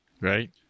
Right